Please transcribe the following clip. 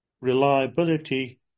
reliability